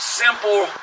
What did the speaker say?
simple